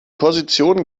position